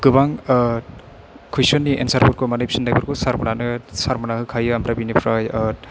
गोबां कुइसननि एन्सारफोरखौ माने फिननायफोरखौ सारमोनहानो सानमोनहा होखायो ओमफ्राय बिनिफ्राय